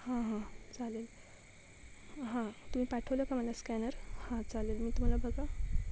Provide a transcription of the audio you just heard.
हां हां चालेल हां तुम्ही पाठवलं का मला स्कॅनर हां चालेल मी तुम्हाला बघा